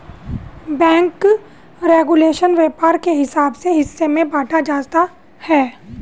bank regulation व्यापार के हिसाब से हिस्सों में बांटा जाता है